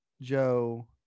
joe